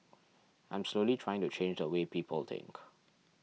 I'm slowly trying to change the way people think